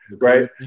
right